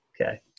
Okay